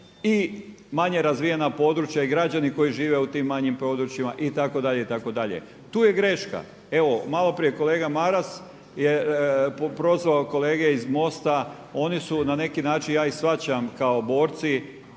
i manje razvijena područja i građani koji žive u tim područjima itd., itd. tu je greška. Evo malo prije kolega Maras je prozvao kolege iz MOST-a oni su na neki način, ja ih shvaćam kao borci